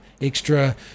extra